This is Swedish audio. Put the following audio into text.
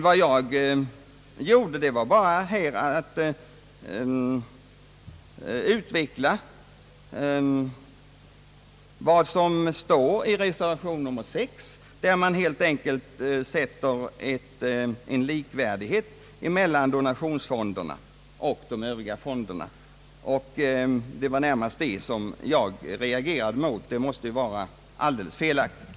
Jag utvecklade emellertid härvidlag endast vad som anförs i reservation nr 6, där man helt enkelt likställer donationsfonderna med övriga fonder. Det var närmast detta jag reagerade emot — och som jag ansåg felaktigt.